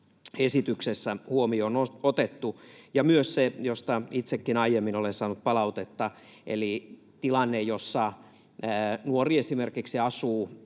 esityksessä huomioon otettu ja myös se, mistä itsekin aiemmin olen saanut palautetta, eli tilanne, jossa nuori esimerkiksi asuu